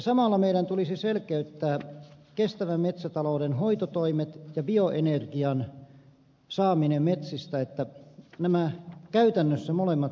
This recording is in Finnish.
samalla meidän tulisi selkeyttää kestävän metsätalouden hoitotoimet ja bioenergian saaminen metsistä että nämä molemmat käytännössä sujuisivat